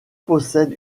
possède